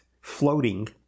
floating